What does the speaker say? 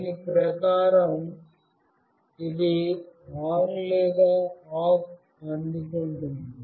దీని ప్రకారం ఇది ఆన్ లేదా ఆఫ్ అందుకుంటుంది